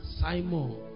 Simon